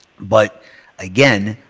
but again,